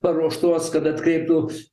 paruoštos kad atkreiptų